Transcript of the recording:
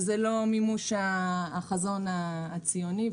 וזה לא מימוש החזון הציוני.